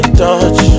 touch